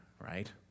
right